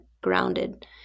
grounded